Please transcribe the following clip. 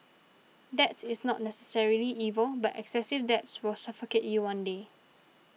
debt is not necessarily evil but excessive debts will suffocate you one day